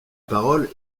parole